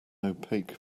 opaque